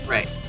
Right